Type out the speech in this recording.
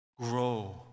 grow